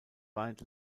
bind